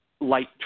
light